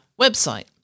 website